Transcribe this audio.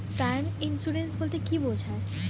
Term insurance বলতে কী বোঝায়?